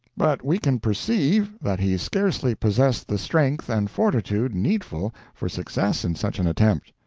but we can perceive that he scarcely possessed the strength and fortitude needful for success in such an attempt.